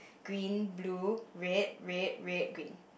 green blue red red red green